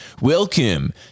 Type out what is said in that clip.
Welcome